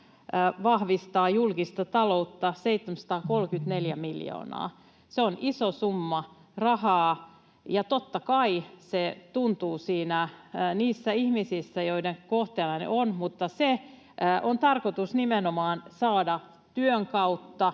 vahvistavat julkista taloutta 734 miljoonaa. Se on iso summa rahaa, ja totta kai se tuntuu niissä ihmisissä, jotka ovat niiden kohteena, mutta se on tarkoitus saada nimenomaan työn kautta,